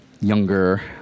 younger